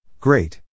Great